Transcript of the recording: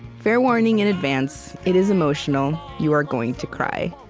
fair warning in advance, it is emotional. you are going to cry.